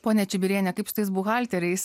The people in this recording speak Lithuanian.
ponia čibiriene kaip su tais buhalteriais